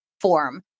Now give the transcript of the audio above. form